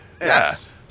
Yes